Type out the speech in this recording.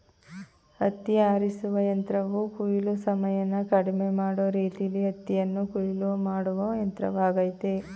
ಹತ್ತಿ ಆರಿಸುವ ಯಂತ್ರವು ಕೊಯ್ಲು ಸಮಯನ ಕಡಿಮೆ ಮಾಡೋ ರೀತಿಲೀ ಹತ್ತಿಯನ್ನು ಕೊಯ್ಲು ಮಾಡುವ ಯಂತ್ರವಾಗಯ್ತೆ